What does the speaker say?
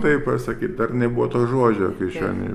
taip pasakyt dar nebuvo to žodžio kišenėj